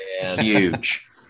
Huge